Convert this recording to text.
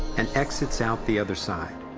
and exits out the other side.